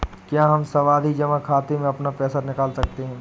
क्या हम सावधि जमा खाते से अपना पैसा निकाल सकते हैं?